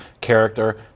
character